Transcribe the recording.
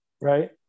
right